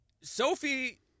Sophie –